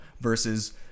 versus